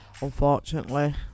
unfortunately